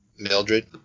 Mildred